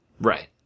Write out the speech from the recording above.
Right